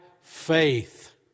faith